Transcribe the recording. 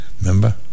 remember